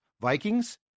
Vikings